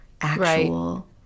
actual